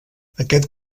aquest